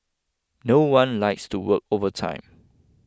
no one likes to work overtime